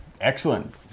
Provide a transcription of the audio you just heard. Excellent